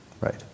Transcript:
Right